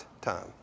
time